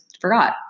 forgot